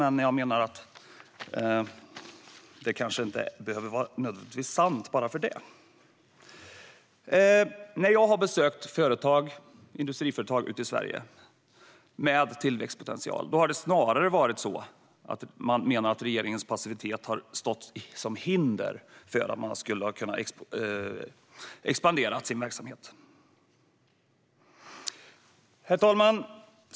Men jag menar att det kanske inte nödvändigtvis behöver vara sant bara för det. När jag har besökt industriföretag med tillväxtpotential i Sverige har det snarare varit så att man menar att regeringens passivitet har varit ett hinder för att man ska kunna expandera sin verksamhet. Herr talman!